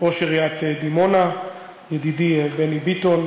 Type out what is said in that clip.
ראש עיריית דימונה, ידידי בני ביטון,